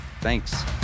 Thanks